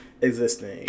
existing